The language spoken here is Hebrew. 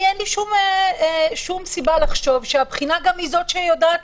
אין לי שום סיבה לחשוב שהבחינה גם יודעת